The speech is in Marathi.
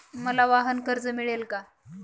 मला वाहनकर्ज मिळेल का?